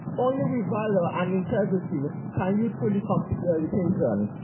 only with valor and integrity can you truly complete your education.